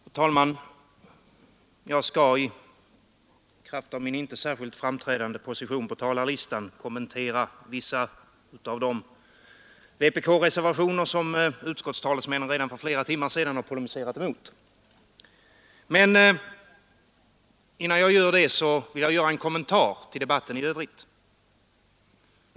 Fru talman! Jag skall i kraft av min inte särskilt framträdande position på talarlistan kommentera vissa av de vpk-reservationer som utskottstalesmännen redan för flera timmar sedan har polemiserat mot. Men innan jag gör det vill jag göra en kommentar till debatten i övrigt.